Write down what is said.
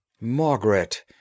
Margaret